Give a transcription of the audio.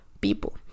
people